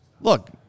look